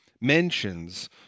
mentions